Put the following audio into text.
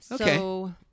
Okay